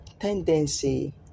tendency